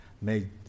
made